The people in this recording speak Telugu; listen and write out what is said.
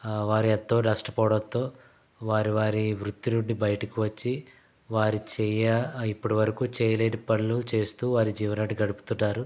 వారు ఎంతో నష్టపోవడంతో వారు వారి వృత్తి నుండి బయటకి వచ్చి వారి చేయ ఇప్పటి వరకు చేయలేని పనులు చేస్తూ వారి జీవనాన్ని గడుపుతున్నారు